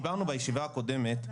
דיברנו בישיבה הקודמת,